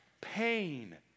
pain